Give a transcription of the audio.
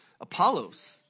apollos